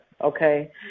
okay